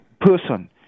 person